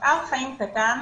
מפעל חיים קטן